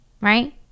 right